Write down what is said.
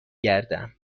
گردم